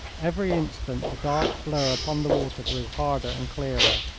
every instant the dark blur upon the water grew harder and clearer.